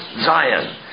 Zion